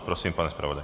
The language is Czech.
Prosím, pane zpravodaji.